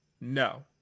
No